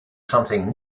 something